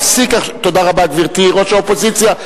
תודה רבה, גברתי ראש האופוזיציה.